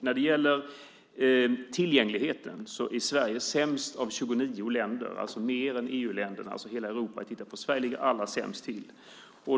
När det gäller tillgängligheten är Sverige sämst av 29 länder. Det handlar inte bara om EU utan om hela Europa. Sverige ligger allra sämst till.